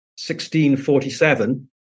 1647